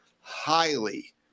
highly